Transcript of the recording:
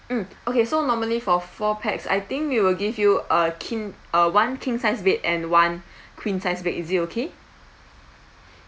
mm okay so normally for four pax I think we will give you uh king uh one king size bed and one queen size bed is it okay